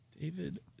David